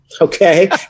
okay